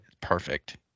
perfect